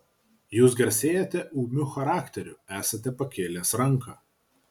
jūs garsėjate ūmiu charakteriu esate pakėlęs ranką